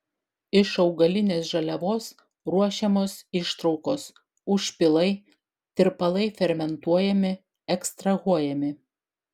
iš augalinės žaliavos ruošiamos ištraukos užpilai tirpalai fermentuojami ekstrahuojami